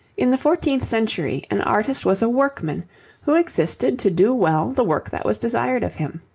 in the fourteenth century an artist was a workman who existed to do well the work that was desired of him.